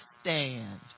stand